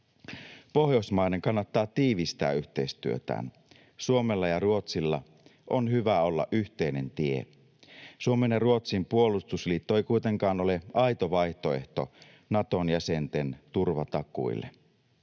Pohjoismaiden kannattaa tiivistää yhteistyötään. Suomella ja Ruotsilla on hyvä olla yhteinen tie. Suomen ja Ruotsin puolustusliitto ei kuitenkaan ole aito vaihtoehto Naton jäsenten turvatakuille.